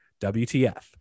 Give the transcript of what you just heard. WTF